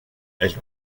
elle